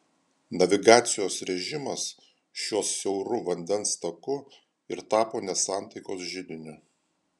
navigacijos režimas šiuo siauru vandens taku ir tapo nesantaikos židiniu